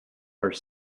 are